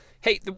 Hey